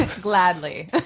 Gladly